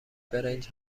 برنج